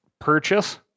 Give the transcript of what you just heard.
purchase